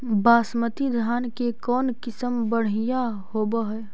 बासमती धान के कौन किसम बँढ़िया होब है?